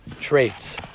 traits